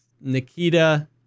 Nikita